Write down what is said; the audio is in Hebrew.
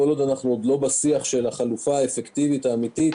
כל עוד אנחנו לא בשיח על החלופה האפקטיבית האמיתית,